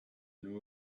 new